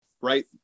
right